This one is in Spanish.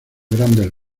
grandes